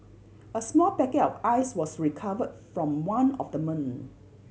a small packet of Ice was recovered from one of the men